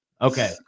Okay